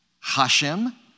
Hashem